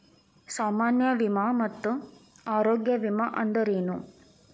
ಸಾಮಾನ್ಯ ವಿಮಾ ಮತ್ತ ಆರೋಗ್ಯ ವಿಮಾ ಅಂದ್ರೇನು?